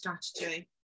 strategy